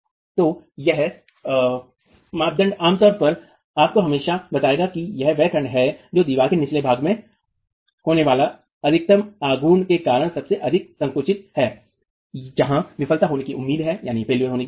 तो यह मानदंड आम तौर पर आपको हमेशा बताएगा कि यह वह खंड है जो दीवार के निचले भाग में होने वाले अधिकतम आघूर्ण के कारण सबसे अधिक संकुचित है जहां विफलता होने की उम्मीद है